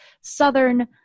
Southern